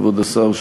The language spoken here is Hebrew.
כבוד השר,